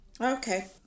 Okay